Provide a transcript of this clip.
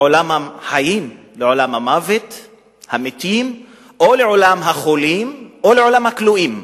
מעולם החיים לעולם המתים או לעולם החולים או לעולם הכלואים.